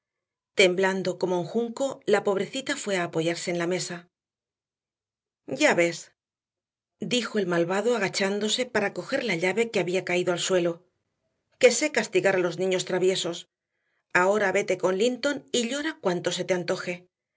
temblando como un junco la pobrecita fue a apoyarse en la mesa ya ves dijo el malvado agachándose para coger la llave que había caído al suelo que sé castigar a los niños traviesos ahora vete con linton y llora cuanto se te antoje